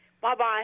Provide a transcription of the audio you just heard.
Bye-bye